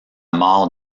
mort